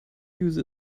use